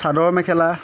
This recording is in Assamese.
চাদৰ মেখেলা